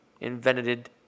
invented